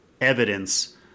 evidence